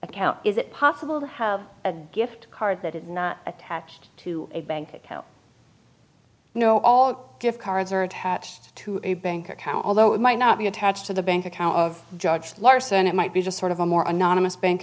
account is it possible to have a gift card that is not attached to a bank account no all gift cards are attached to a bank account although it might not be attached to the bank account of judge larson it might be just sort of a more anonymous bank